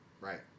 Right